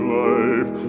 life